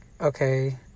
okay